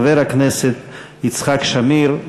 חבר הכנסת יצחק שמיר,